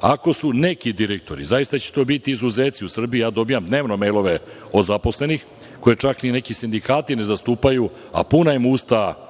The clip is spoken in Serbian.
Ako su neki direktori, zaista će biti izuzeci u Srbiji, ja dobijam dnevno mejlove od zaposlenih koje čak ni neki sindikati ne zastupaju, a puna im usta